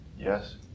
Yes